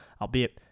albeit